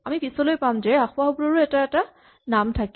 আমি পিছলৈ পাম যে আসোঁৱাহবোৰৰো এটা এটা নাম থাকে